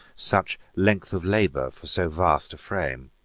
such length of labor for so vast a frame.